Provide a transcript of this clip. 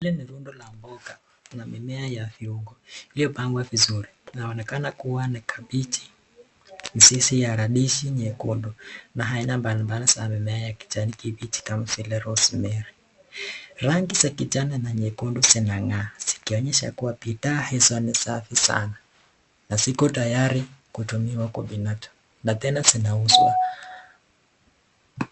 Hili ni rundo la mboga na mimea ya viungo, iliyopangwa vizuri. Naona ni kabeji, mizizi ya rabishi nyekundu na aina mbali mbali za mimea ya kijani kibichi kama vile Rosemary. Rangi za kijani na nyekundu zinangaa zikionyesha kua bidhaa hizo ni ya ni safi sanaa na ziko tayari kutumiwa na binadamu na tena zinauzwa.